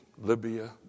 Libya